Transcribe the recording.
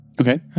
Okay